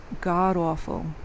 god-awful